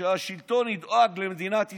שהשלטון ידאג למדינת ישראל,